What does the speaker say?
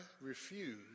refuse